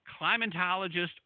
climatologist